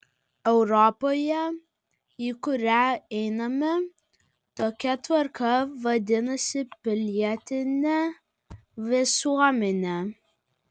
europoje į kurią einame tokia tvarka vadinasi pilietine visuomene